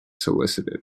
solicited